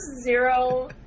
zero